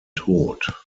tod